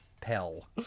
Pell